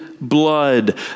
blood